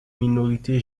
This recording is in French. minorité